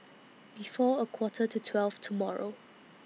before A Quarter to twelve tomorrow